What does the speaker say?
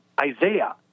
Isaiah